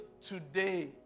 today